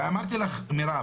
ואמרתי לך מירב,